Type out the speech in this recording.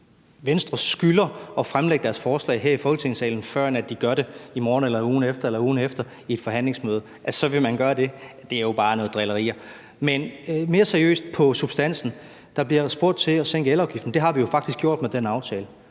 Venstre skylder at fremlægge deres forslag her i Folketingssalen, førend de gør det i morgen eller ugen efter eller ugen efter i et forhandlingsmøde, vil man så gøre det? Det er jo bare drilleri. Men mere seriøst i forhold til substansen bliver der spurgt til at sænke elafgiften. Det har vi jo faktisk gjort med den aftale